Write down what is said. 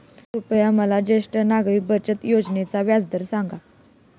कृपया मला ज्येष्ठ नागरिक बचत योजनेचा व्याजदर सांगा